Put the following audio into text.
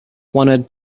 wanted